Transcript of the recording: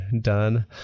done